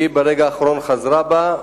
ברגע האחרון היא חזרה בה,